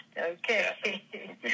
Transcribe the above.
Okay